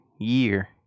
year